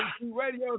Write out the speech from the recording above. Radio